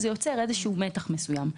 זה יוצר מתח מסוים.